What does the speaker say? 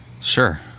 Sure